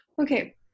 Okay